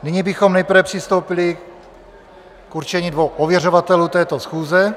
Nyní bychom nejprve přistoupili k určení dvou ověřovatelů této schůze.